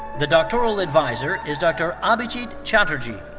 the doctoral adviser is dr. abhijit chatterjee.